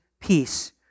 peace